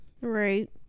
right